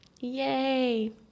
Yay